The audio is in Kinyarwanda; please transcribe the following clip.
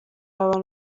abantu